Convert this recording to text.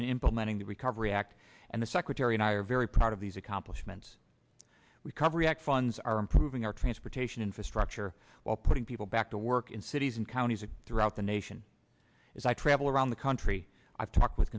implementing the recovery act and the secretary and i are very proud of these accomplishments we cover react funds are improving our transportation infrastructure while putting people back to work in cities and counties throughout the nation as i travel around the country i've talked with